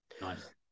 Nice